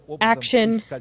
action